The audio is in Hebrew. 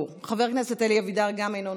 חבר הכנסת אלי אבידר גם הוא אינו נוכח,